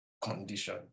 condition